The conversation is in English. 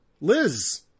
Liz